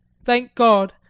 thank god,